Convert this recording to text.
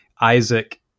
Isaac